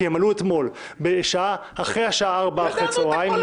כי הם עלו אתמול אחרי השעה ארבע אחרי הצוהריים.